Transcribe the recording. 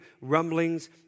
rumblings